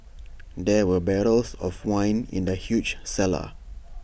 there were barrels of wine in the huge cellar